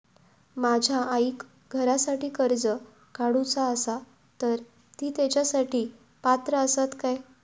माझ्या आईक घरासाठी कर्ज काढूचा असा तर ती तेच्यासाठी पात्र असात काय?